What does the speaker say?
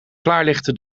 klaarlichte